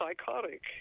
psychotic